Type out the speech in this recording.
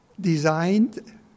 designed